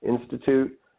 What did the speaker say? institute